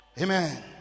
Amen